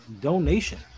donation